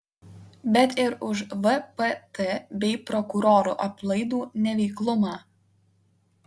bet ir už vpt bei prokurorų aplaidų neveiklumą